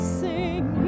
sing